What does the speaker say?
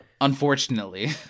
unfortunately